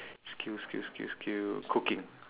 skill skill skill skill cooking